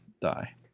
Die